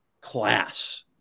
class